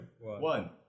one